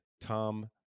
Tom